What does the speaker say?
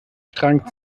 strang